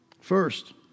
First